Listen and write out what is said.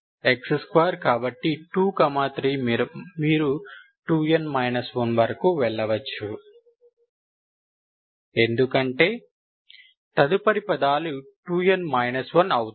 x2 కాబట్టి 2 3 మీరు 2n 1వరకు వెళ్ళవచ్చు ఎందుకంటే తదుపరి పదాలు 2n 1 అవుతాయి